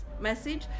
message